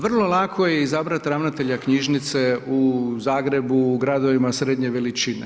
Vrlo lako je izabrati ravnatelja knjižnice u Zagrebu, u gradovima srednje veličine.